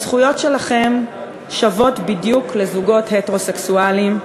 הזכויות שלכם שוות בדיוק לאלה של זוגות הטרוסקסואלים.